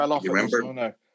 remember